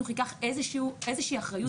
הזמנים של --- מי קבע שזה יהיה המכרז ולמה?